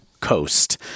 Coast